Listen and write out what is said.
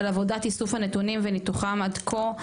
על עבודת איסוף הנתונים וניתוחם עד כה,